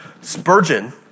Spurgeon